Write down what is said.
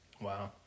Wow